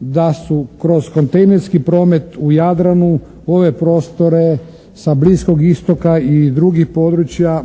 da su kroz kontejnerski promet u Jadranu ove prostore sa Bliskog istoka i drugih područja